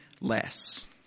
less